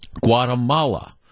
guatemala